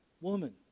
woman